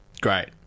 Great